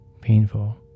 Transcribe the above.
painful